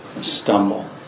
stumble